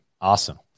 Awesome